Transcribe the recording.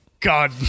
God